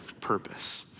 purpose